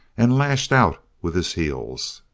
and lashed out with his heels.